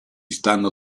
stanno